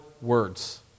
words